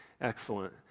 Excellent